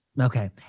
Okay